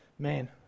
Man